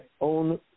own